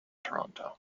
toronto